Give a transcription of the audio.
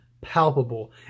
palpable